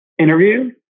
interview